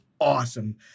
awesome